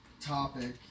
topic